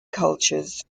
cultures